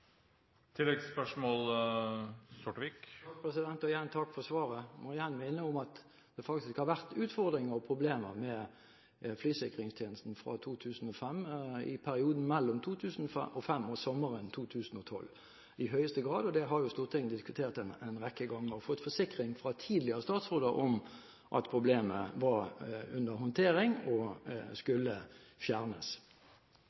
takk for svaret. Jeg må igjen minne om at det i høyeste grad har vært utfordringer og problemer med flysikringstjenesten i perioden mellom 2005 og sommeren 2012. Det har Stortinget diskutert en rekke ganger og fått forsikringer fra tidligere statsråder om at problemet var under håndtering og